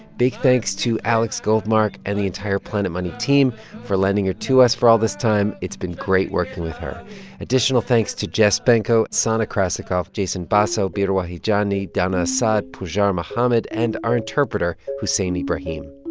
big thanks to alex goldmark and the entire planet money team for lending her to us for all this time. it's been great working with her additional thanks to jess benko, sana krasikov, jason basso, bira wahijani, donna assad, pajar mohammed and our interpreter hussein ibrahim.